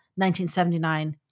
1979